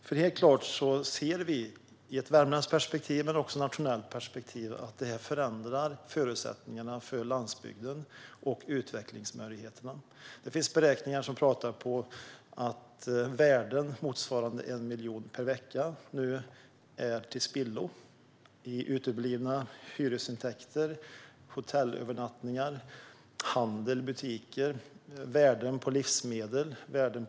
I ett värmländskt perspektiv och även i ett nationellt perspektiv ser vi nämligen helt klart att detta förändrar förutsättningarna och utvecklingsmöjligheterna för landsbygden. Det finns beräkningar som pekar på att värden motsvarande 1 miljon per vecka nu går till spillo i form av uteblivna hyresintäkter, hotellövernattningar, handel i butiker och värden på livsmedel och kött.